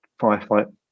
Firefight